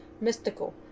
mystical